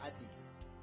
addicts